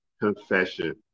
confession